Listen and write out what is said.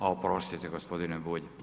A oprostite gospodine Bulj.